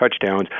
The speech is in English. touchdowns